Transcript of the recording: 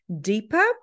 deeper